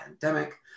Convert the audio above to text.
pandemic